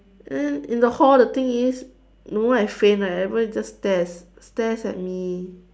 ya and in the hall the thing is no one has faint right everyone just stares stares at me